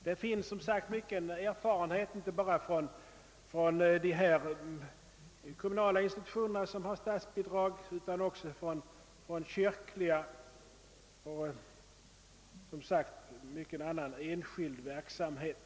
Det finns också som sagt mycken erfarenhet av rådgivningsarbete, inte bara inom de kommunala institutioner som får statsbidrag utan också från kyrklig och annan enskild verksamhet.